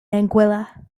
anguilla